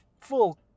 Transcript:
full